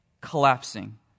collapsing